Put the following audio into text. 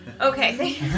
Okay